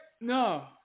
No